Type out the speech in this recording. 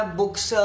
books